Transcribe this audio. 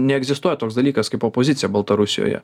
neegzistuoja toks dalykas kaip opozicija baltarusijoje